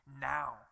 now